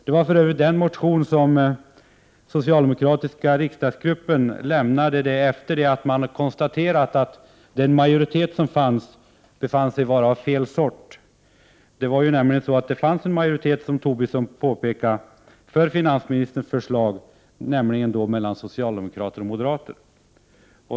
Det var för övrigt den motionen som den socialdemokratiska riksdagsgruppen väckte efter det att man konstaterat att den majoritet man befann sig i var av fel sort. Det fanns nämligen en majoritet, som Lars Tobisson påpekade, för finansministerns förslag, bestående av socialdemokrater och moderater.